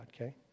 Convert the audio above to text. okay